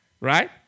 right